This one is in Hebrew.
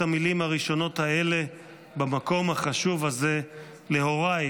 המילים הראשונות האלה במקום החשוב הזה להוריי,